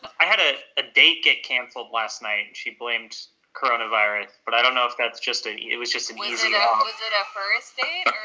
i had ah a date get canceled last night, and she blames coronavirus. but i don't know if that's just an it was just an easy. was it a first date or